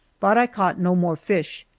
but i caught no more fish,